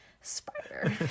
Spider